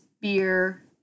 beer